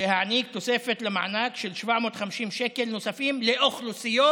להעניק תוספת למענק של 750 שקל נוספים לאוכלוסיות